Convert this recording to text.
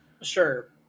Sure